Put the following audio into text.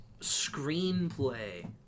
screenplay